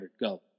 Go